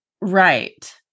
Right